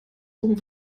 oben